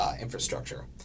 infrastructure